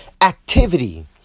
activity